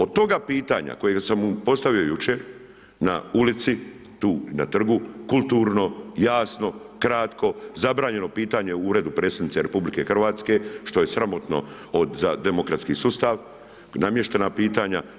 Od toga pitanja kojega sam mu postavio jučer na ulici tu na trgu, kulturno, jasno, kratko zabranjeno pitanje u Uredu predsjednice RH što je sramotno za demokratski sustav namještena pitanja.